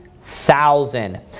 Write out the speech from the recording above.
thousand